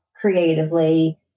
creatively